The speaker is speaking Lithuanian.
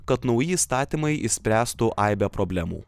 kad nauji įstatymai išspręstų aibę problemų